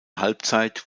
halbzeit